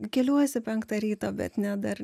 keliuosi penktą ryto bet ne dar